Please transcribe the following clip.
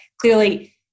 clearly